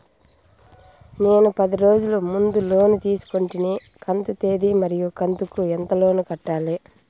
నేను పది రోజుల ముందు లోను తీసుకొంటిని కంతు తేది మరియు కంతు కు ఎంత లోను కట్టాలి?